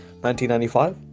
1995